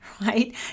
right